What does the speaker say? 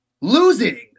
losing